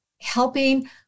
helping